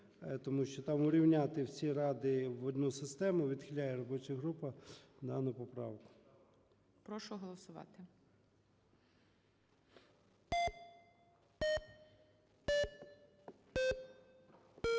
тому що там урівняти всі ради в одну систему. Відхиляє робоча група дану поправку. ГОЛОВУЮЧИЙ. Прошу голосувати.